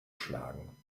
schlagen